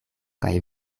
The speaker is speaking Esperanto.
kaj